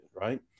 Right